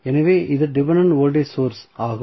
எனவே இது dependent voltage source ஆகும்